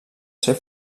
ser